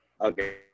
okay